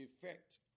effect